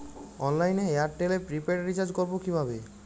অনলাইনে এয়ারটেলে prepaid recharge করবো কিভাবে?